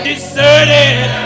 deserted